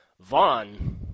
Vaughn